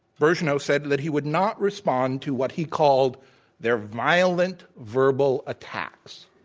birgeneau said that he would not respond to what he called their violent verbal attacks.